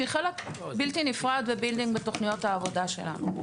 שהיא חלק בלתי נפרד ובילד-אין בתוכניות העבודה שלנו.